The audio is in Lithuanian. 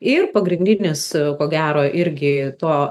ir pagrindinis ko gero irgi to